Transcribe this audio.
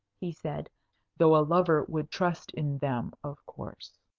he said though a lover would trust in them, of course.